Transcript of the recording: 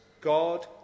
God